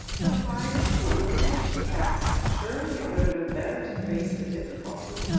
but why did you run away? she asked. surely it would have been better to face the difficulty?